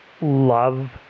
love